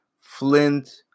Flint